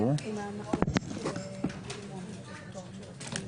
הצעת חוק שירות ציבור,